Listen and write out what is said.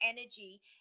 energy